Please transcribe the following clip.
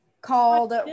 called